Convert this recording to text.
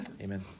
Amen